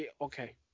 okay